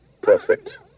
Perfect